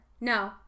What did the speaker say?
No